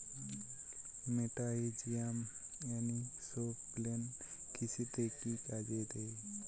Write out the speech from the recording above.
মেটাহিজিয়াম anisopliae কৃষিতে কি কাজে দেয়?